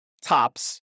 tops